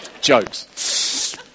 jokes